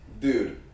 Dude